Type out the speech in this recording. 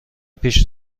پیش